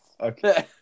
Okay